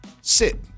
sit